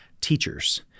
teachers